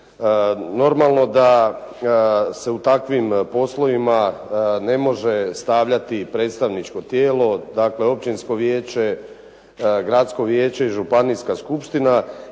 Normalno da se u takvim poslovima ne može stavljati predstavničko tijelo, dakle općinsko vijeće, gradsko vijeće, županijska skupština.